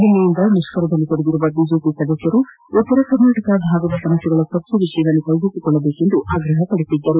ನಿನ್ನೆಯಿಂದ ಮುಷ್ಕರದಲ್ಲಿ ತೊಡಗಿರುವ ಬಿಜೆಪಿ ಸದಸ್ಯರು ಉತ್ತರ ಕರ್ನಾಟಕ ಭಾಗದ ಸಮಸ್ಯೆಗಳ ಚರ್ಚೆ ವಿಷಯವನ್ನು ಕೈಗೆತ್ತಿಕೊಳ್ಳಬೇಕೆಂದು ಆಗ್ರಹಪಡಿಸಿದ್ದರು